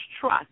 trust